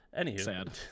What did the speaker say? Anywho